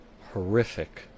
Horrific